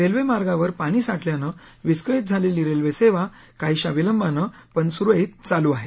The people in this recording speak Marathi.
रेल्वे मार्गावर पाणी साठल्यानं विस्कळीत झालेली रेल्वे सेवा काहिशा विलंबानं पण सुरळीत चालू आहे